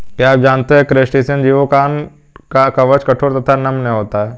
क्या आप जानते है क्रस्टेशियन जीवों का कवच कठोर तथा नम्य होता है?